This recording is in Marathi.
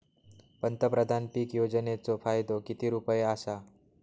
पंतप्रधान पीक योजनेचो फायदो किती रुपये आसा?